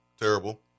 terrible